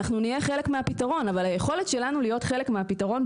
אחננו נהייה חלק מהפתרון,